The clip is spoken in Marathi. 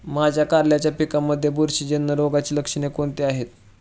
माझ्या कारल्याच्या पिकामध्ये बुरशीजन्य रोगाची लक्षणे कोणती आहेत?